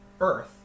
Earth